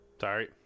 Sorry